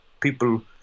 People